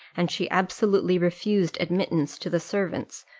and she absolutely refused admittance to the servants,